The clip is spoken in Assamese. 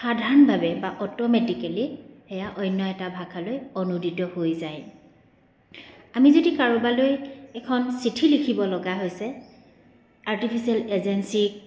সাধাৰণভাৱে বা অট'মেটিকেলি সেয়া অন্য এটা ভাষালৈ অনুদিত হৈ যায় আমি যদি কাৰোবালৈ এখন চিঠি লিখিব লগা হৈছে আৰ্টিফিচিয়েল ইন্টেলিজেন্সক